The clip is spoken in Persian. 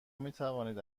میتوانید